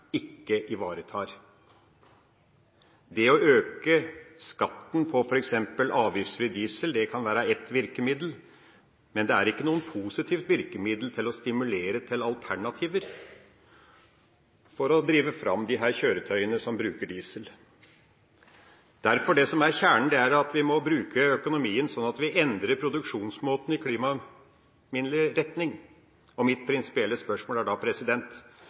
ikke ivaretar. Det å øke skatten på f.eks. avgiftsfri diesel kan være ett virkemiddel, men det er ikke noe positivt virkemiddel til å stimulere til alternativer for å drive fram disse kjøretøyene som bruker diesel. Det som er kjernen, er derfor at vi må bruke økonomien sånn at vi endrer produksjonsmåten i klimaminnelig retning. Mitt prinsipielle spørsmål er da: